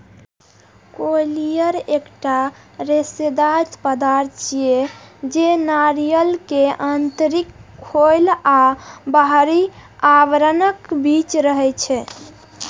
coir एकटा रेशेदार पदार्थ छियै, जे नारियल के आंतरिक खोल आ बाहरी आवरणक बीच रहै छै